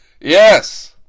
Yes